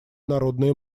народные